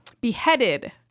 beheaded